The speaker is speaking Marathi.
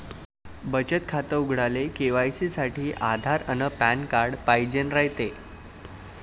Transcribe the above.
बचत खातं उघडाले के.वाय.सी साठी आधार अन पॅन कार्ड पाइजेन रायते